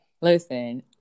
Listen